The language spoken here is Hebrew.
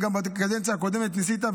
גם בקדנציה הקודמת ניסית,